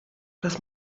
das